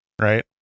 right